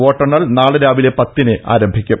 വോട്ടെ ണ്ണൽ നാളെ രാവിലെ പത്തിന് ആരംഭിക്കും